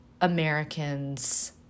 Americans